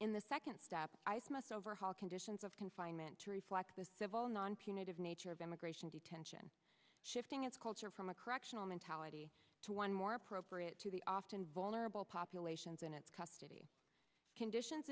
in the second step must overhaul conditions of confinement to reflect the civil non punitive nature of immigration detention shifting its culture from a correctional mentality to one more appropriate to the often vulnerable populations in its custody conditions